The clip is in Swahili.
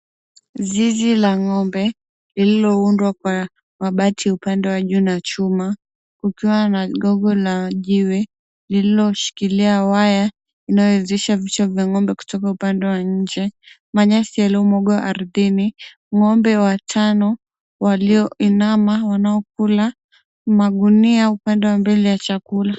Zizi la ng'ombe lililoundwa kwa mabati upande wa juu na chuma likiwa na gogo la jiwe lililoshikilia waya inayowezesha vichwa vya ng'ombe kutoka upande wa nje. Manyasi yaliyomwagwa ardhini. Ng'ombe watano walioinama wanaokula, magunia upande wa mbele wa chakula.